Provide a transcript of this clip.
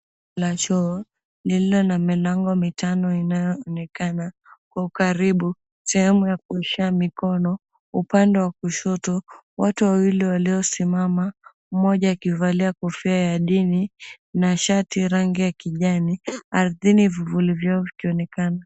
La choo lililo na milango mitano inayoonekana kwa ukaribu sehemu ya kuoshea mikono upande wa kushoto watu wawili waliosimama mmoja akivalia kofia ya dini na shati rangi ya kijani ardhini vivuli vyao vikionekana.